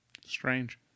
Strange